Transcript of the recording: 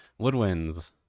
Woodwinds